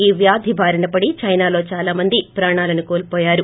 ఈ వ్యాధి భారిన పడి చైనాలో దాలా మంది ప్రాణాలను కోల్పోయారు